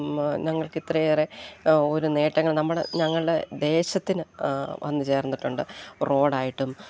ഞങ്ങൾക്കിത്രയേറെ ഒരു നേട്ടങ്ങൾ നമ്മുടെ ഞങ്ങളുടെ ദേശത്തിന് വന്നുചേർന്നിട്ടുണ്ട് റോഡായിട്ടും